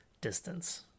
distance